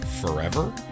forever